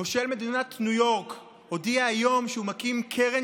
מושל מדינת ניו יורק הודיע היום שהוא מקים קרן